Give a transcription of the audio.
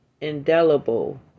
indelible